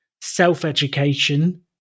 self-education